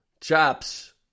Chops